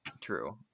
true